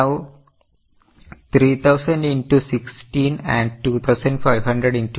So the stock is now 3000 into 16 and 2500 into 20